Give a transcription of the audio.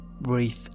breathe